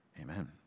Amen